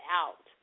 out